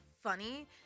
funny